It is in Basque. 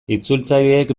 itzultzaileek